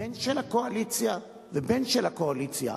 בין של הקואליציה ובין של האופוזיציה,